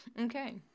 Okay